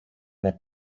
ναι